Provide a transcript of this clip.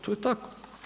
To je tako.